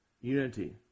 unity